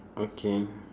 okay